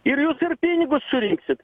ir jūs ir pinigus surinksit